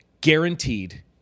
guaranteed